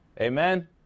Amen